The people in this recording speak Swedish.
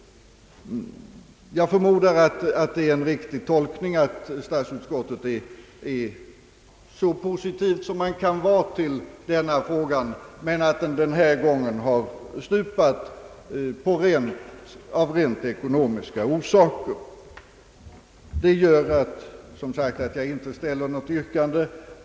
Jag förmodar att det är en riktig tolkning att statsutskottet är positivt i denna fråga men att vårt förslag denna gång har fallit av rent ekonomiska orsaker. Detta gör att jag som sagt inte ställer något yrkande.